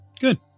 Good